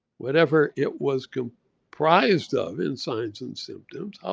whatever it was comprised of in signs and symptoms, ah